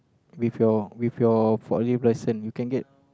with your with your forklift license you can get